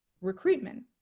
recruitment